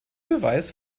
beweis